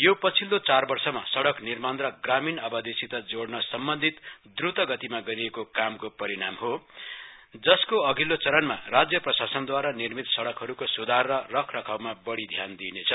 यो पछिल्लो चारवर्षमा सड़क निर्माण र ग्रामीण आवादीसित जोइन सम्वन्धित द्र्तगतिमा गरिएको कामको परिणाम हो जसको अधिल्लो चरणमा राज्यप्रशासनद्वारा निमित सड़कहरूको स्धार र रखरखावमा बढ़ी ध्यान दिइनेछ